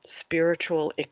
spiritual